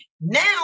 now